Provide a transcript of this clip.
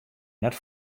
net